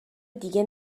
دیگه